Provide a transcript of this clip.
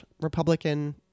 Republican